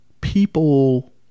people